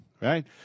right